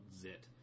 zit